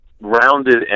rounded